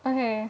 okay